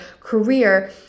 career